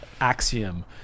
axiom